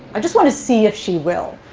i just want to see if she will.